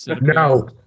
no